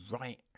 right